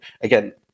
again